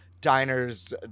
diners